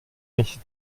nicht